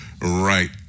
right